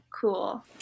Cool